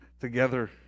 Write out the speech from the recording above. together